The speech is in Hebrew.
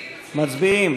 מצביעים,